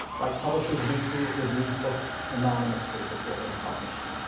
like publisher's weekly, it reviews books anonymously before they're published.